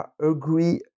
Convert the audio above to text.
agree